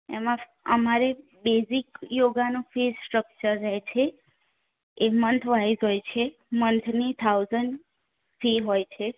એમાં અમારે બેઝિક યોગાનો ફીસ સ્ટ્રક્ચર રહે છે એ મંથ વાઇઝ હોય છે મંથની થાઉઝન્ડ ફી હોય છે